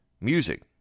Music